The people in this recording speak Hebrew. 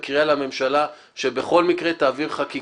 היא האם אנחנו רוצים לצאת בקריאה לממשלה שבכל מקרה תעביר חקיקה?